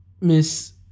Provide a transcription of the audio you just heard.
Miss